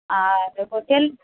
আর hotel